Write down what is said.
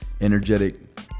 energetic